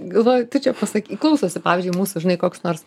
galvoju tu čia pasakei klausosi pavyzdžiui mūsų žinai koks nors